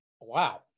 wow